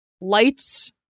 lights